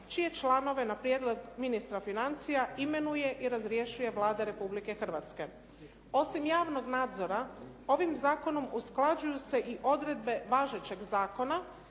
čije članove na prijedlog ministra financija imenuje i razrješuje Vlada Republike Hrvatske. Osim javnog nadzora ovim zakonom usklađuju se i odredbe važećeg zakona